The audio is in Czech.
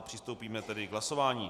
Přistoupíme tedy k hlasování.